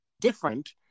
different